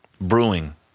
brewing